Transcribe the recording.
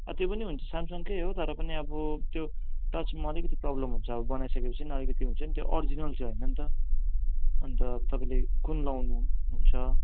त्यो पनि हुनु त स्यामसङकै हो तर पनि अब त्यो टचमा अलिकति प्रोब्लम हुन्छ अब बनाइसकेपछि नि अलिकति हुन्छ नि त्यो अरिजिनल चाहिँ होइन नि त अन्त तपाईँले कुन लाउनुहुन्छ